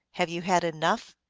have you had enough?